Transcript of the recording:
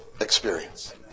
experience